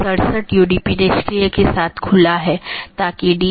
BGP version 4 में बड़ा सुधार है कि यह CIDR और मार्ग एकत्रीकरण को सपोर्ट करता है